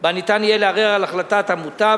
שבה יהיה אפשר לערער על החלטת המותב,